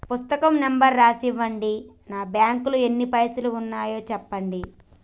పుస్తకం నెంబరు రాసి ఇవ్వండి? నా బ్యాంకు లో ఎన్ని పైసలు ఉన్నాయో చెప్పండి?